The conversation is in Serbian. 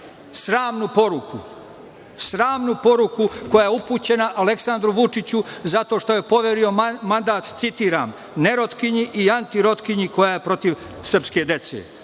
sramnu poruku koja je upućena Aleksandru Vučiću zato što je poverio mandat, citiram – „nerotkinji i antirotkinji koja je protiv srpske dece“.